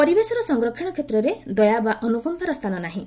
ପରିବେଶର ସଂରକ୍ଷଣ କ୍ଷେତ୍ରରେ ଦୟା ବା ଅନୁକମ୍ପାର ସ୍ଥାନ ନାହିଁ